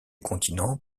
continent